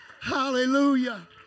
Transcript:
Hallelujah